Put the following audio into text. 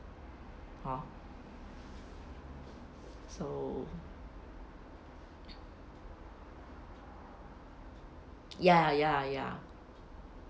hor so ya ya ya